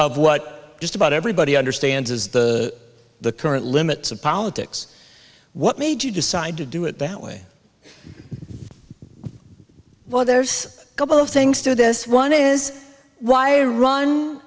of what just about everybody understands is the the current limits of politics what made you decide to do it that way but there's a couple of things to this one is why